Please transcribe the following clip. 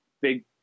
big